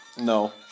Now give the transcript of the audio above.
No